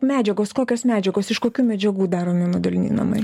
medžiagos kokios medžiagos iš kokių medžiagų daromi moduliniai namai